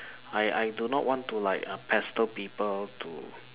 I I do not want to like uh pester people to